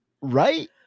Right